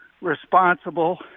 responsible